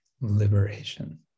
liberation